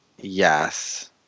Yes